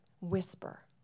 whisper